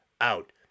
out